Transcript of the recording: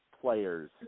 players –